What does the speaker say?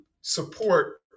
support